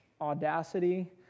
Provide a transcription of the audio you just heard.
audacity